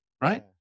Right